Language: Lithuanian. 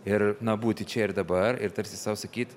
ir na būti čia ir dabar ir tarsi sau sakyt